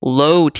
low